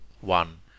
one